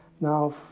now